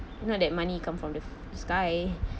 not that money come from the sky